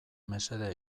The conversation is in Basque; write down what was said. mesede